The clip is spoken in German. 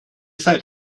seid